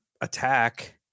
Attack